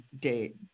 date